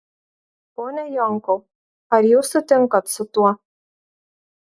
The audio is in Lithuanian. pone jonkau ar jūs sutinkat su tuo